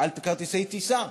על כרטיסי טיסה.